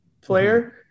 player